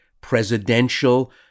presidential